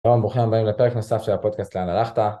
שלום וברוכים הבאים לפרק נוסף של הפודקאסט לאן הלכת?